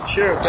Sure